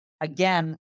again